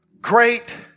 great